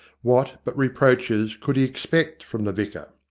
what but reproaches could he expect from the vicar?